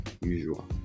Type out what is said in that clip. usual